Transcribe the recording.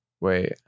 Wait